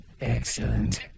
Excellent